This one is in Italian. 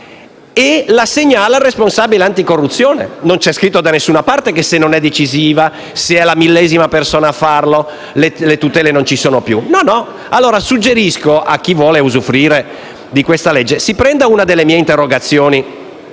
e la segnala al responsabile anticorruzione. Non c'è scritto da nessuna parte che, se la notizia non è decisiva o se è la millesima persona a denunziarla, le tutele non ci sono più. Suggerisco allora, a chi vuole usufruire di questa legge, di prendersi una delle mie interrogazioni